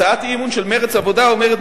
הצעת האי-אמון של מרצ והעבודה אומרת: